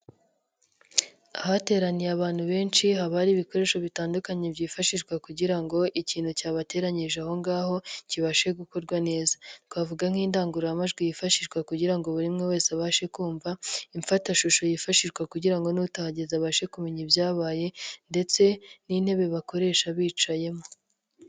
Ahateraniye abantu benshi haba ari ibikoresho bitandukanye byifashishwa kugira ngo ikintu cyabateranyije aho ngaho kibashe gukorwa neza. Twavuga nk'indangururamajwi yifashishwa kugira ngo buri umwe wese abashe kumva, imfatashusho yifashishwa kugira ngo n'utahageze abashe kumenya ibyabaye ndetse n'intebe bakoresha bicayemo.